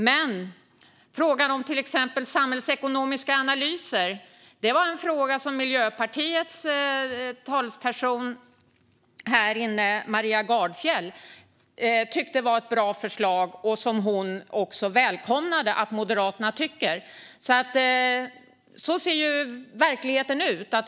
Men frågan om till exempel samhällsekonomiska analyser var något som Miljöpartiets talesperson här, Maria Gardfjell, tyckte var ett bra förslag. Hon välkomnade också att Moderaterna tycker det. Så ser verkligheten ut.